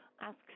Ask